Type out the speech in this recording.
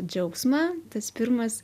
džiaugsmą tas pirmas